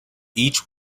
each